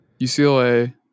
UCLA